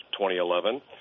2011